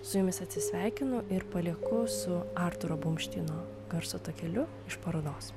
su jumis atsisveikinu ir palieku su artūro blumšteino garso takeliu iš parodos